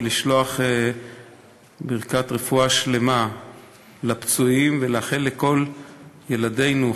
לשלוח ברכת רפואה שלמה לפצועים ולאחל לכל ילדינו,